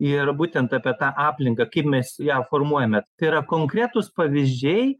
ir būtent apie tą aplinką kaip mes ją formuojame tai yra konkretūs pavyzdžiai